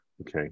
Okay